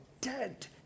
dead